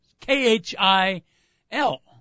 K-H-I-L